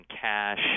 cash